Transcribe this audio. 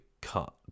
cut